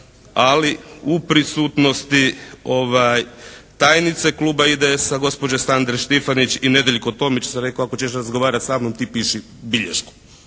ali u prisutnosti tajnice kluba IDS-a gospođe Sandre Štifanić i Nedeljko Tomić ja sam rekao ako ćeš razgovarati sa mnom ti piši bilješku.